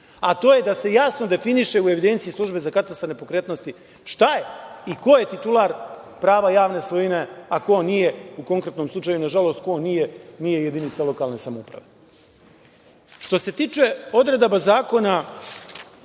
a to je da se jasno definiše u evidenciji Službe za katastar nepokretnosti šta je i ko je titular prava javne svojine, a ko nije, u konkretnom slučaju, nažalost, ko nije jedinica lokalne samouprave. Što se tiče odredaba Zakona